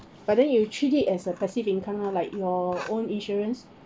but then you treat it as a passive income lah like your own insurance